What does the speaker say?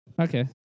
Okay